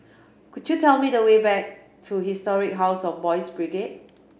could you tell me the way back to Historic House of Boys' Brigade